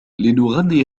لنغني